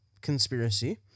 conspiracy